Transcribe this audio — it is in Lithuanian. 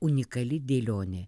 unikali dėlionė